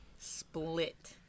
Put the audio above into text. split